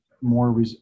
more